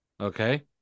Okay